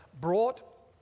brought